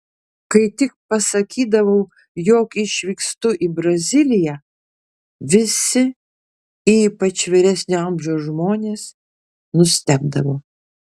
kai tik pasakydavau jog išvykstu į braziliją visi ypač vyresnio amžiaus žmonės nustebdavo